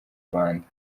rwanda